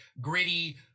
gritty